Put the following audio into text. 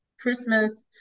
Christmas